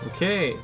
Okay